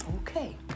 Okay